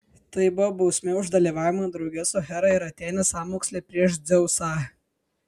tai buvo bausmė už dalyvavimą drauge su hera ir atėne sąmoksle prieš dzeusą